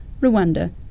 Rwanda